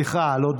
לא.